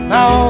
Now